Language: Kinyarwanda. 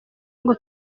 ngo